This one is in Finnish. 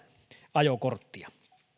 ajokorttia